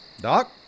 Doc